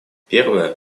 первое